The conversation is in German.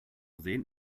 sehen